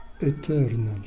eternal